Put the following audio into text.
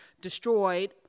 destroyed